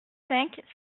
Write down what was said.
cinq